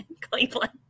Cleveland